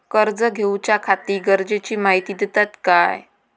कर्ज घेऊच्याखाती गरजेची माहिती दितात काय?